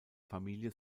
familie